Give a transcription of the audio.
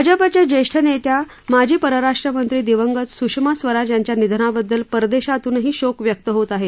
भाजपच्या ज्येष्ठ नेत्या माजी परराष्ट्र मंत्री दिवंगत सुषमा स्वराज यांच्या निधनाबद्दल परदेशातूनही शोक व्यक्त होत आहे